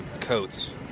coats